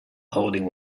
holding